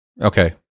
Okay